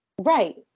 right